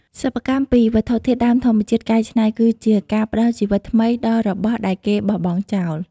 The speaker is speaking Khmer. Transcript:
សិប្បកម្មពីវត្ថុធាតុដើមធម្មជាតិកែច្នៃ គឺជាការផ្តល់ជីវិតថ្មីដល់របស់ដែលគេបោះបង់ចោល។